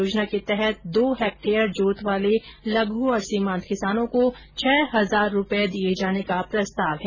योजना के तहत दो हेक्टेयर जोत वाले लघु और सीमांत किसानों को छह हजार रुपये दिये जाने का प्रस्ताव है